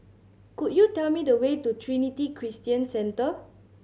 could you tell me the way to Trinity Christian Centre